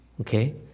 okay